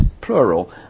plural